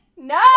No